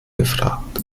gefragt